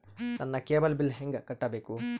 ನನ್ನ cable bill ಹೆಂಗ ಕಟ್ಟಬೇಕು?